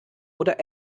oder